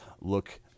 look